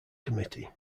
committee